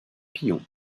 pion